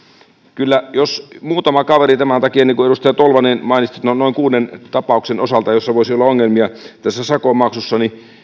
jos on muutama kaveri tämän takia niin kuin edustaja tolvanen mainitsi noin kuuden tapauksen osalta joilla voisi olla ongelmia tässä sakon maksussa niin